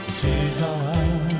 jesus